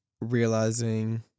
realizing